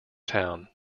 town